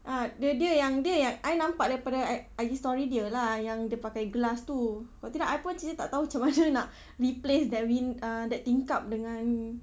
ah dia dia yang dia yang I nampak daripada I_G story dia lah yang dia pakai glass itu kalau tidak I pun jadi tak tahu macam mana nak replace that win~ that tingkap dengan